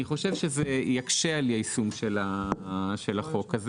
אני חושב שזה יקשה על היישום של החוק הזה